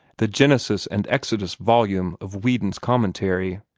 the genesis and exodus volume of whedon's commentary,